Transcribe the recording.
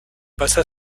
passa